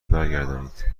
برگردانید